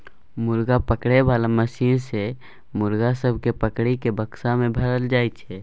मुर्गा पकड़े बाला मशीन सँ मुर्गा सब केँ पकड़ि केँ बक्सा मे भरल जाई छै